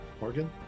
Morgan